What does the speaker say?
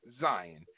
Zion